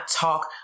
talk